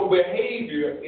behavior